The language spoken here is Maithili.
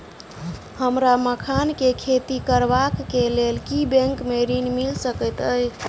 हमरा मखान केँ खेती करबाक केँ लेल की बैंक मै ऋण मिल सकैत अई?